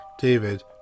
David